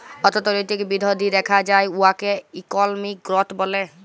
অথ্থলৈতিক বিধ্ধি দ্যাখা যায় উয়াকে ইকলমিক গ্রথ ব্যলে